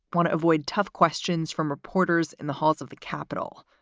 want to avoid tough questions from reporters in the halls of the capitol,